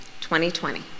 2020